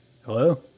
Hello